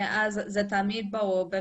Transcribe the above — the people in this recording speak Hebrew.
מאז זה היה תמיד במשפחה,